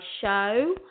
show